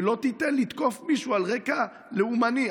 שלא תיתן לתקוף מישהו על רקע לאומני,